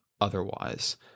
otherwise